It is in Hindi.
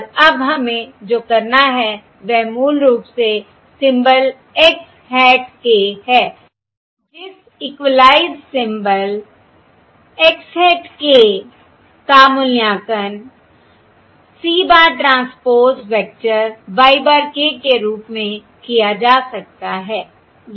और अब हमें जो करना है वह मूल रूप से सिंबल x hat k है जिस equalized symbol x hat k का मूल्यांकन C बार transpose vector y bar k के रूप में किया जा सकता है है